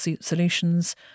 solutions